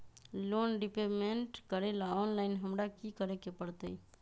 Loan repayment करेला online हमरा की करे के परतई?